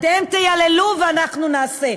אתם תייללו ואנחנו נעשה.